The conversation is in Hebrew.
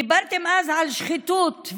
דיברתם אז על שחיתות,